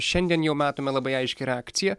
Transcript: šiandien jau matome labai aiškią reakciją